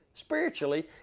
Spiritually